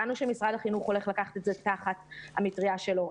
הבנו שמשרד החינוך הולך לקחת את זה תחת המטריה שלו,